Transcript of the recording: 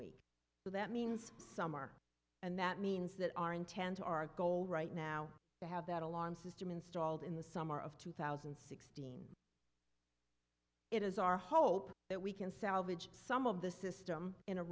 week but that means summer and that means that our intent our goal right now to have that alarm system installed in the summer of two thousand and six it is our hope that we can salvage some of the system in a